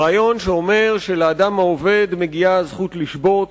רעיון שאומר שלאדם העובד מגיעה הזכות לשבות,